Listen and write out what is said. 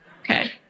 Okay